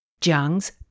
Jiang's